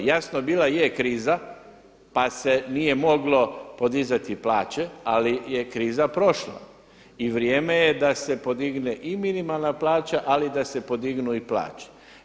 Jasno bila je kriza, pa se nije moglo podizati plaće, ali je kriza prošla i vrijeme je da se podigne i minimalna plaća ali da se podignu i plaće.